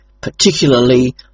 particularly